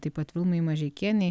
taip pat vilmai mažeikienei